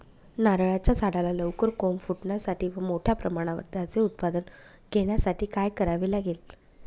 नारळाच्या झाडाला लवकर कोंब फुटण्यासाठी व मोठ्या प्रमाणावर त्याचे उत्पादन घेण्यासाठी काय करावे लागेल?